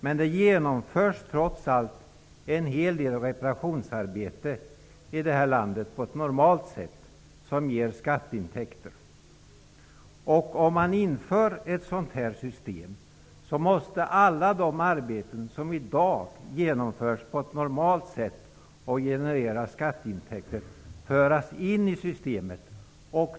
Men det utförs trots allt en hel del reparationsarbeten i det här landet på ett normalt sätt som ger skatteintäkter. Om man inför ett sådant system som Peter Kling förespråkar, måste alla de arbeten som i dag genomförs på ett normalt sätt och som genererar skatteintäkter föras in i systemet.